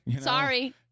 Sorry